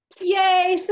Yay